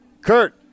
Kurt